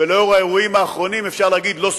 ולאור האירועים האחרונים אפשר להגיד, לא סופי.